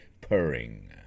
purring